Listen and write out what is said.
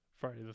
Friday